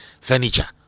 furniture